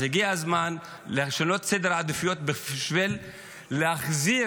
אז הגיע הזמן לשנות סדרי עדיפויות בשביל להחזיר